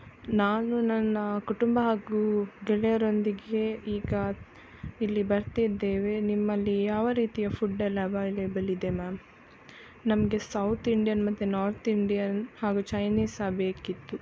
ನಾನು ನನ್ನ ಕುಟುಂಬ ಹಾಗು ಗೆಳೆಯರೊಂದಿಗೆ ಈಗ ಇಲ್ಲಿ ಬರ್ತಿದ್ದೇವೆ ನಿಮ್ಮಲ್ಲಿ ಯಾವ ರೀತಿಯ ಫುಡ್ ಎಲ್ಲ ಅವೈಲೇಬಲ್ ಇದೆ ಮ್ಯಾಮ್ ನಮಗೆ ಸೌತ್ ಇಂಡಿಯನ್ ಮತ್ತೆ ನಾರ್ತ್ ಇಂಡಿಯನ್ ಹಾಗೂ ಚೈನೀಸ್ ಸಹ ಬೇಕಿತ್ತು